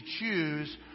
choose